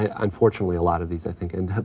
ah unfortunately, a lot of these, i think, end up